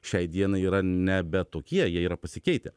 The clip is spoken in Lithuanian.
šiai dienai yra nebe tokie jie yra pasikeitę